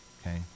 Okay